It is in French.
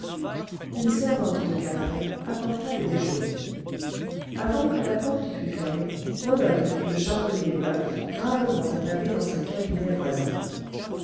une servante de cabaret apporta le déjeuner avant que la porte fût fermée rodolphe vit le charbonnier murph gravement attablé dans un cabinet voisin